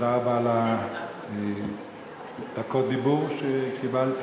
תודה רבה על דקות הדיבור שקיבלתי,